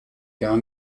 gar